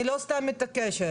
אני לא סתם מתעקשת.